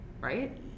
right